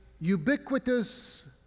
ubiquitous